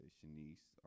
Shanice